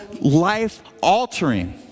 life-altering